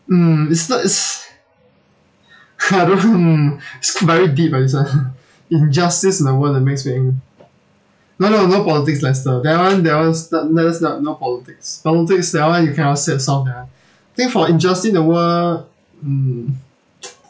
mm it's not it's hard orh hmm it's very deep ah this one injustice in the world that makes me angry no no no politics lester that one that was not let us not no politics politics that one you cannot said so ya think for injustice in the world mm